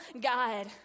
God